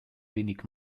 wenig